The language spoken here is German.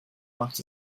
macht